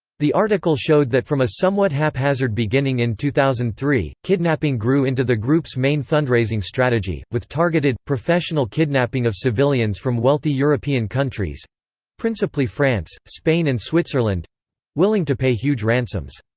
the article showed that from a somewhat haphazard beginning in two thousand and three, kidnapping grew into the group's main fundraising strategy, with targeted, professional kidnapping of civilians from wealthy european countries principally france, spain and switzerland willing to pay huge ransoms.